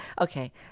Okay